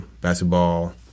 basketball